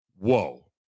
whoa